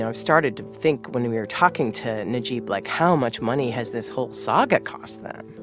and started to think when we were talking to najeeb like, how much money has this whole saga cost them?